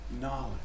knowledge